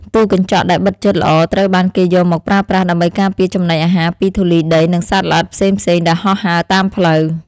ទូកញ្ចក់ដែលបិទជិតល្អត្រូវបានគេយកមកប្រើប្រាស់ដើម្បីការពារចំណីអាហារពីធូលីដីនិងសត្វល្អិតផ្សេងៗដែលហោះហើរតាមផ្លូវ។